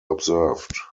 observed